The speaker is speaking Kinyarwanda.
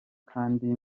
kandi